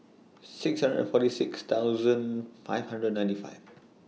six hundred and forty six thousand five hundred and ninety five